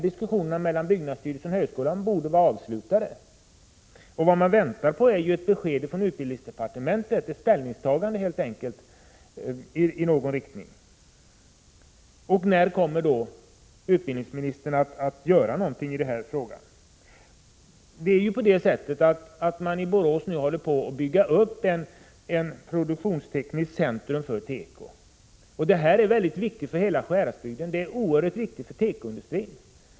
Diskussionerna mellan byggnadsstyrelsen och högskolan borde vara avslutade. Vad man väntar på är ett besked från utbildningsdepartementet, ett ställningstagande i någon riktning. I Borås håller man nu på att bygga upp ett produktionstekniskt centrum för teko. Detta är mycket viktigt för hela Sjuhäradsbygden och för tekoindustrin.